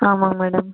ஆமாங்க மேடம்